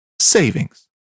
savings